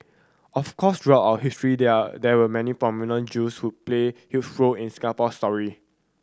of course throughout our history there are there were many prominent Jews who played huge role in the Singapore story